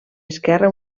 esquerra